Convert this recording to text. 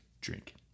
drink